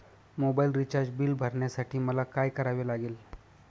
Mobile recharge bill भरण्यासाठी मला काय करावे लागेल?